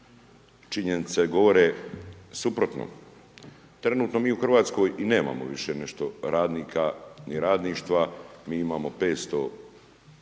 Činjenice govore suprotno. Trenutno mi u Hrvatskoj i nemamo više nešto radnika ni radništva, mi imamo 500,